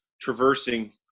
traversing